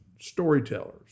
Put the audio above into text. Storytellers